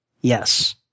yes